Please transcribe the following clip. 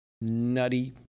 nutty